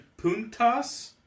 puntas